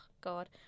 God